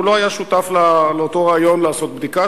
הוא לא היה שותף לאותו רעיון לעשות בדיקה,